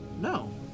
No